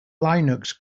linux